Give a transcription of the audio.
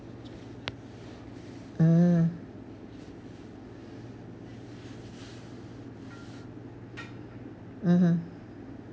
mm mmhmm